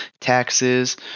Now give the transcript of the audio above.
taxes